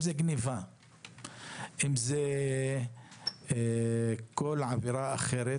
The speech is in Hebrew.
אם זה כל גנבה או כל עבירה אחרת,